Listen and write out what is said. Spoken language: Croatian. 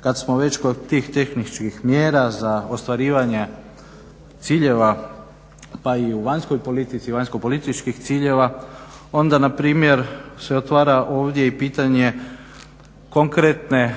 Kad smo već kod tih tehničkih mjera za ostvarivanje ciljeva pa i u vanjskoj politici i vanjskopolitičkih ciljeva onda npr. se otvara ovdje i pitanje konkretne